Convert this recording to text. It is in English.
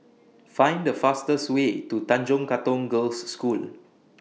Find The fastest Way to Tanjong Katong Girls' School